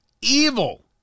Evil